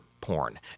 porn